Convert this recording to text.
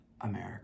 America